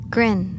Grin